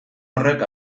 horrek